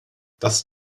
das